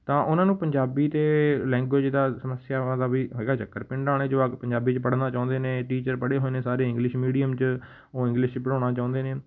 ਤਾਂ ਉਹਨਾਂ ਨੂੰ ਪੰਜਾਬੀ ਅਤੇ ਲੈਂਗੂਏਜ ਦਾ ਸਮੱਸਿਆਵਾਂ ਦਾ ਵੀ ਹੈਗਾ ਚੱਕਰ ਪਿੰਡਾਂ ਵਾਲੇ ਜਵਾਕ ਪੰਜਾਬੀ 'ਚ ਪੜ੍ਹਨਾ ਚਾਹੁੰਦੇ ਨੇ ਟੀਚਰ ਪੜ੍ਹੇ ਹੋਏ ਨੇ ਸਾਰੇ ਇੰਗਲਿਸ਼ ਮੀਡੀਅਮ 'ਚ ਉਹ ਇੰਗਲਿਸ਼ 'ਚ ਪੜ੍ਹਾਉਣਾ ਚਾਹੁੰਦੇ ਨੇ